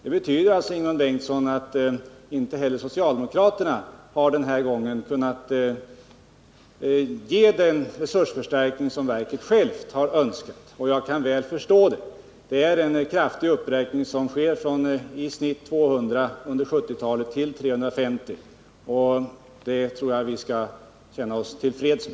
Det betyder alltså, Ingemund Bengtsson, att inte heller socialdemokraterna denna gång har kunnat ge den resursförstärkning som verket självt har önskat, och det kan jag väl förstå. Det är en kraftig uppräkning som sker från i snitt 200 under 1970-talet till 350 nu, och det tror jag vi skall känna oss till freds med.